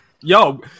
Yo